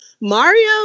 Mario